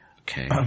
Okay